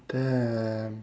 damn